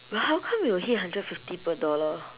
but how come you will hit hundred fifty per dollar